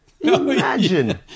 Imagine